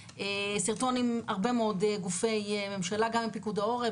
סרטון עם הרבה מאוד גופי ממשלה גם עם פיקוד העורף,